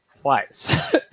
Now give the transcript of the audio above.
twice